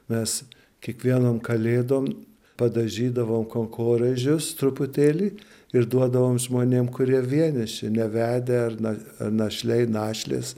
mes kiekvienom kalėdom padažydavom kankorėžius truputėlį ir duodavom žmonėm kurie vieniši nevedę ar na ar našliai našlės